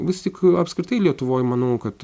vis tik apskritai lietuvoj manau kad